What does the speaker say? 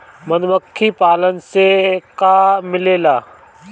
मधुमखी पालन से का मिलेला?